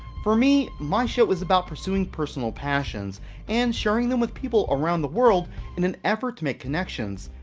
for me, my show is about pursuing personal passions and sharing them with people around the world in an effort to make connections,